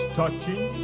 touching